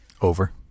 Over